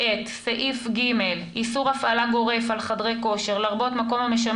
את סעיף (ג) איסור הפעלה גורף על חדרי כושר לרבות מקום המשמש